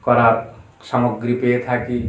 করার সামগ্রী পেয়ে থাকি